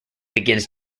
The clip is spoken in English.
begins